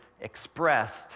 expressed